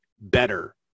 better